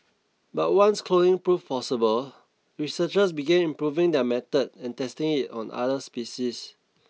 but once cloning proved possible researchers began improving their method and testing it on other species